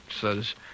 says